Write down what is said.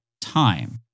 time